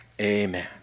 amen